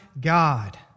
God